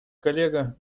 коллега